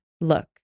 look